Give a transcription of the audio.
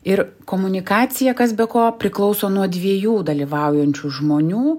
ir komunikacija kas be ko priklauso nuo dviejų dalyvaujančių žmonių